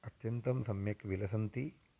अत्यन्तं सम्यक् विलसन्ति